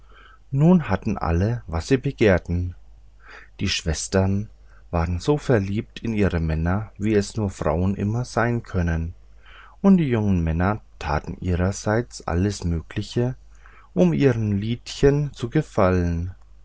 nun hatten alle was sie begehrten die schwestern waren so verliebt in ihre männer wie es nur frauen immer sein können und die jungen männer taten ihrerseits alles mögliche um ihren liedchen zu gefallen